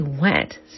wet